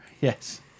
Yes